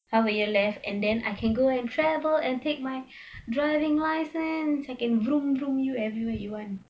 half a year left and then I can go and travel and take my driving license I can you everywhere you want